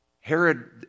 Herod